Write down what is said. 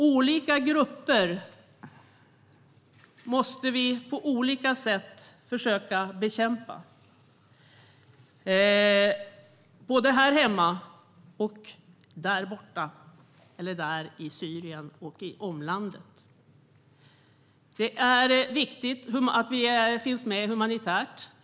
Vi måste försöka bekämpa olika grupper på olika sätt både här hemma och där borta i Syrien och i omlandet. Det är viktigt att vi finns med humanitärt.